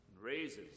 Raises